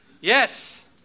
Yes